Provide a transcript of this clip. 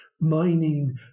mining